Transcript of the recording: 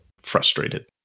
frustrated